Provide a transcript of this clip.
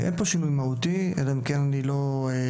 אין פה שינוי משמעותי, אלא אם כן אני לא מדייק.